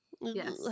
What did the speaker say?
Yes